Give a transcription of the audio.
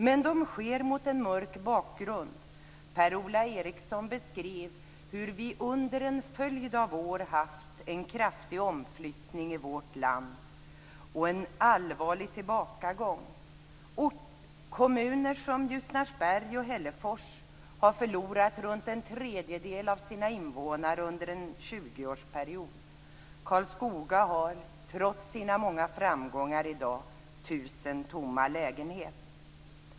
Men de sker mot en mörk bakgrund. Per-Ola Eriksson beskrev hur vi under en följd av år har haft en kraftig omflyttning i vårt land och en allvarlig tillbakagång. Kommuner som Ljusnarsberg och Hällefors har förlorat runt en tredjedel av sina invånare under en tjugoårsperiod. Karlskoga har trots sina många framgångar i dag 1 000 tomma lägenheter.